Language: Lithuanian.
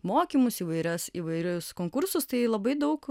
mokymus įvairias įvairius konkursus tai labai daug